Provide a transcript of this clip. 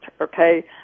okay